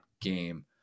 game